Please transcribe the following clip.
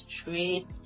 street